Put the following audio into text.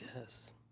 Yes